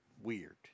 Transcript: weird